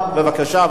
בבקשה,